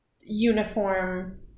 uniform